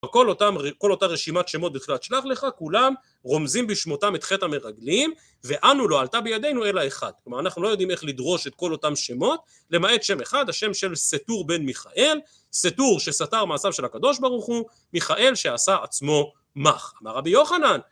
כל אותם... כל אותה רשימת שמות בתחילת שלח לך, כולם רומזים בשמותם את חטא המרגלים, "ואנו לא עלתה בידינו אלא אחד". כלומר, אנחנו לא יודעים איך לדרוש את כל אותם שמות למעט שם אחד, השם של סתור בן מיכאל. סתור, שסתר מעשיו של הקדוש ברוך הוא; מיכאל שעשה עצמו מך. אמר רבי יוחנן